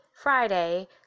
friday